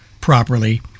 properly